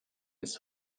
ist